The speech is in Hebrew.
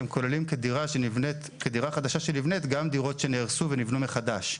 הם כוללים כדירה חדשה שנבנית גם דירות שנהרסו ונבנו מחדש.